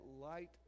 light